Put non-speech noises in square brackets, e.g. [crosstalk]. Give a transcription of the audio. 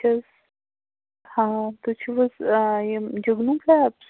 [unintelligible] ہاں تُہۍ چھِو حَظ یِم جُگنو کیٖبس